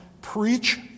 preach